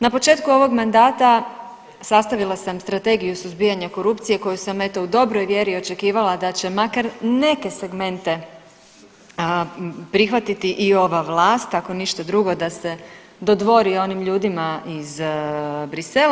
Na početku ovog mandata sastavila sam Strategiju suzbijanja korupcije koju sam eto u dobroj vjeri očekivala da će makar neke segmente prihvatiti i ova vlast ako ništa drugo da se dodvori onim ljudima iz Bruxellesa.